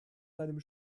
seinem